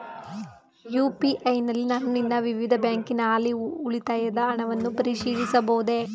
UPI ನಲ್ಲಿ ನಾನು ನನ್ನ ವಿವಿಧ ಬ್ಯಾಂಕಿನ ಹಾಲಿ ಉಳಿತಾಯದ ಹಣವನ್ನು ಪರಿಶೀಲಿಸಬಹುದೇ?